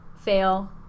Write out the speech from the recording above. Fail